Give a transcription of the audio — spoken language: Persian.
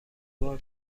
بار